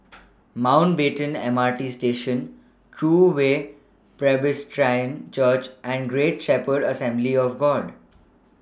Mountbatten M R T Station True Way Presbyterian Church and Great Shepherd Assembly of God